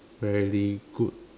very good